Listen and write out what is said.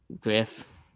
Griff